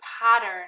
pattern